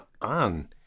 on